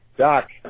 Doc